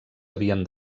havien